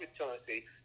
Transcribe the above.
opportunity